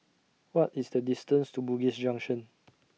What IS The distance to Bugis Junction